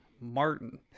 Martin